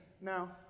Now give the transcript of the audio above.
Now